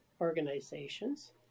organizations